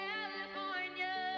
California